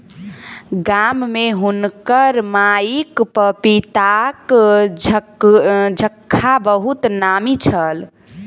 गाम में हुनकर माईक पपीताक झक्खा बहुत नामी छल